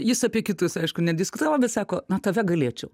jis apie kitus aišku nediskutavo bet sako na tave galėčiau